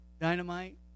Dynamite